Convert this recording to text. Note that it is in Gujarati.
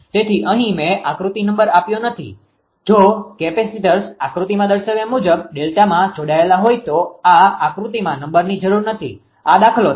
તેથી અહી મે આકૃતિ નંબર આપ્યો નથી જો કેપેસિટર્સ આકૃતિમાં દર્શાવ્યા મુજબ ડેલ્ટામાં જોડાયેલા હોય તો આ આકૃતિમાં નંબરની જરૂર નથી આ દાખલો છે